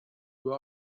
who